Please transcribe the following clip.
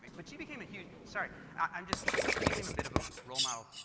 but she became a huge sorry i'm just she became a bit of a role model,